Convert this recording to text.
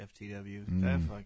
FTW